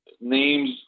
names